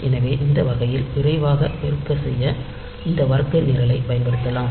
எனவே இந்த வகையில் விரைவாகப் பெருக்க செய்ய இந்த வர்க்க நிரலைப் பயன்படுத்தலாம்